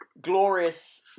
Glorious